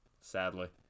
Sadly